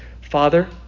Father